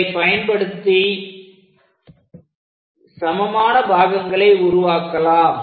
இதைப் பயன்படுத்தி சமமான பாகங்களை உருவாக்கலாம்